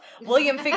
William